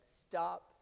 stop